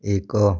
ଏକ